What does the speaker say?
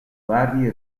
varie